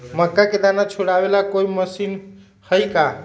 मक्का के दाना छुराबे ला कोई मशीन हई का?